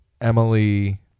Emily